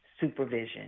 supervision